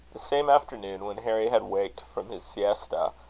the same afternoon, when harry had waked from his siesta,